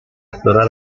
explora